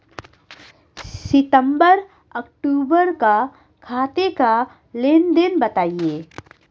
सितंबर अक्तूबर का खाते का लेनदेन बताएं